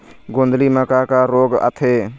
गोंदली म का का रोग आथे?